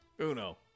Uno